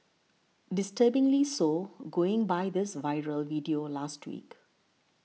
disturbingly so going by this viral video last week